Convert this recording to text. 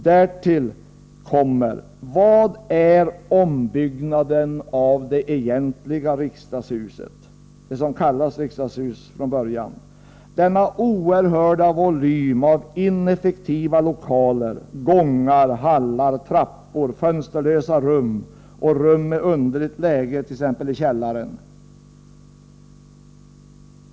Därtill kommer frågan: Vari består ombyggnaden av det egentliga riksdagshuset, dvs. det som från början kallades riksdagshus? Vad har man åstadkommit med denna oerhörda volym av ineffektiva lokaler, gångar, hallar, trappor, fönsterlösa rum och rum med underligt läge, t.ex. i källaren?